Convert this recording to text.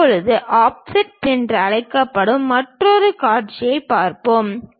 இப்போது ஆஃப்செட் பிரிவுகள் என்று அழைக்கப்படும் மற்றொரு காட்சியைப் பார்ப்போம்